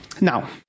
now